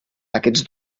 aquests